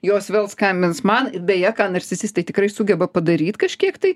jos vėl skambins man beje ką narcisistai tikrai sugeba padaryt kažkiek tai